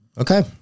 okay